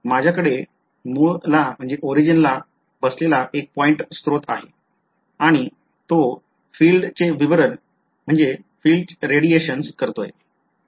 माझ्याकडे मुळाला ला बसलेला एक पॉईंट स्त्रोत आहे आणि तो फील्डचे विवरण करतोय